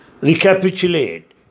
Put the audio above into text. Recapitulate